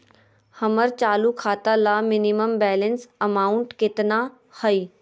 हमर चालू खाता ला मिनिमम बैलेंस अमाउंट केतना हइ?